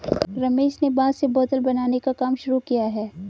रमेश ने बांस से बोतल बनाने का काम शुरू किया है